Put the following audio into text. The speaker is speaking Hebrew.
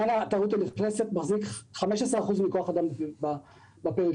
התיירות הנכנסת מחזיקה 15% מכוח האדם בפריפריה.